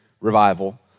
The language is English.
Revival